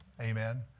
amen